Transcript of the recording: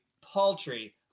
paltry